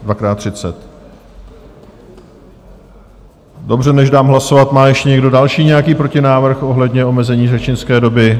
Dvakrát 30. Dobře, než dám hlasovat, má ještě někdo další nějaký protinávrh ohledně omezení řečnické doby?